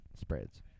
spreads